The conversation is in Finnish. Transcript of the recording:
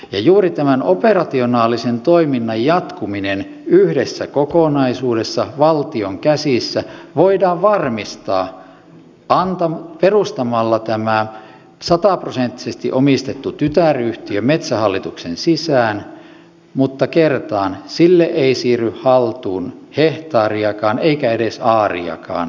juuri tämän operationaalisen toiminnan jatkuminen yhdessä kokonaisuudessa valtion käsissä voidaan varmistaa perustamalla tämä sataprosenttisesti omistettu tytäryhtiö metsähallituksen sisään mutta kertaan sille ei siirry haltuun hehtaariakaan eikä edes aariakaan suomalaista kansallisomaisuutta